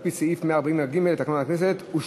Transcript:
על-פי סעיף 144 לתקנון הכנסת.